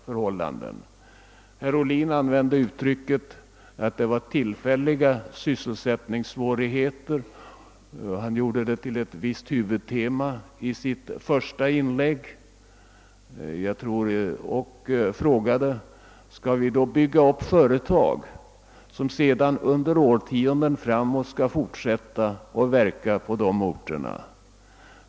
I sitt första inlägg hade herr Ohlin som ett huvudtema att sysselsättningssvårigheterna var tillfälliga, och han frågade, om vi nu skall bygga upp företag som sedan fortsätter att verka på dessa orter under årtionden framåt.